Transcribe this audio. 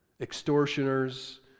extortioners